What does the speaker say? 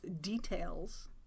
details